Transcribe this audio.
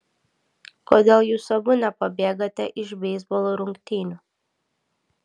kodėl jūs abu nepabėgate iš beisbolo rungtynių